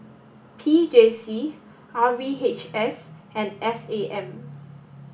P J C R V H S and S A M